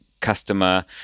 customer